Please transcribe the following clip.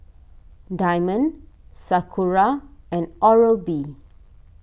Diamond Sakura and Oral B